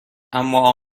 اما